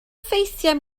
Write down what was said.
ffeithiau